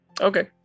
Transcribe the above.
Okay